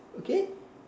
okay